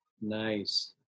Nice